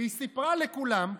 והיא סיפרה לכולם,